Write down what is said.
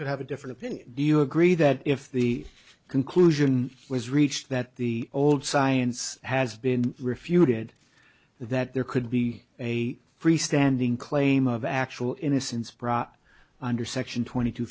could have a different opinion do you agree that if the conclusion was reached that the old science has been refuted that there could be a free standing claim of actual innocence prot under section twenty two